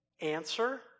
Answer